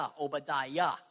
Obadiah